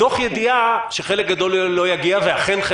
מתוך ידיעה שחלק גדול לא יגיע ואכן,